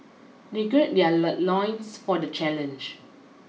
they gird their loins for the challenge